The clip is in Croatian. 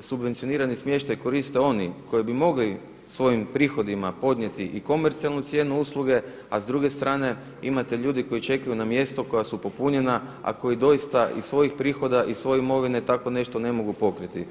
subvencionirani smještaj koriste oni koji bi mogli svojim prihodima podnijeti i komercijalnu cijenu usluge a s druge strane imate ljudi koji čekaju na mjesta koja su popunjena a koji doista iz svojih i svoje imovine tako nešto ne mogu pokriti.